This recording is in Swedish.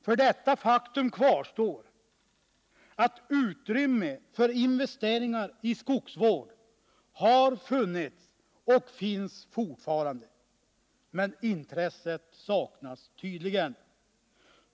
För detta faktum kvarstår att utrymme för investeringar i skogsvård har funnits och finns fortfarande, men intresset saknas tydligen.